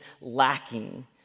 lacking